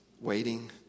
Waiting